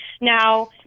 Now